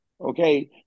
Okay